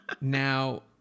Now